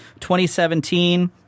2017 –